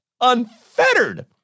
unfettered